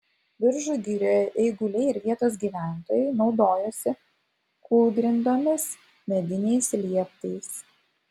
biržų girioje eiguliai ir vietos gyventojai naudojosi kūlgrindomis mediniais lieptais